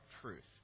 truth